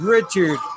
Richard